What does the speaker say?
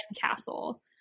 castle